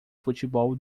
futebol